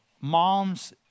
Moms